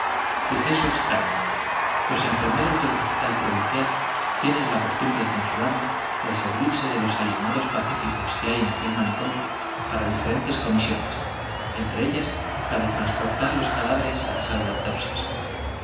suceso extrala los enfermeros del hospital pro vincial tienen la costumbre censurable de servirse de los alienados pacíficos que hay en aquel manicomio para diferentes comisiones entre ellas la de trans portar los cadáveres á la sala de autopsias